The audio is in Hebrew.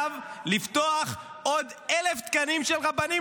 לפתוח עכשיו עוד 1,000 תקנים של רבנים,